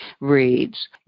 reads